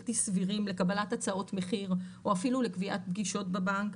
בלתי סבירים לקבלת הצעות מחיר או אפילו לקביעת פגישות בבנק.